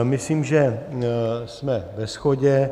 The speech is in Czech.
Myslím, že jsme ve shodě.